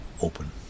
open